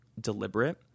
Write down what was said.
deliberate